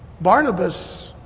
Barnabas